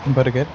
burger